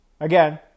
again